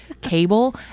cable